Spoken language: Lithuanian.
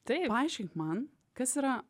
tai paaiškink man kas yra